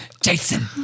Jason